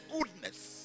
goodness